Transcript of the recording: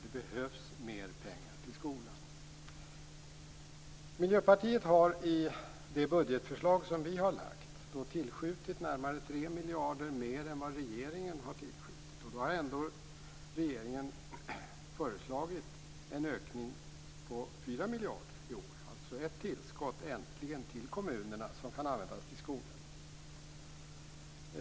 Det behövs mer pengar till skolan. I det budgetförslag som Miljöpartiet har lagt fram har vi tillskjutit närmare 3 miljarder kronor mer än vad regeringen har gjort. Och då har ändå regeringen föreslagit en ökning med 4 miljarder kronor i år. Det är alltså äntligen ett tillskott till kommunerna som kan användas till skolorna.